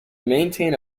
maintain